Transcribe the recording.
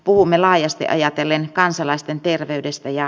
puhumme laajasti ajatellen kansalaisten terveydestä ja